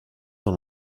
dans